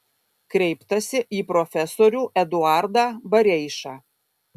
kreiptasi į profesorių eduardą bareišą